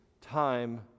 time